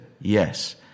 yes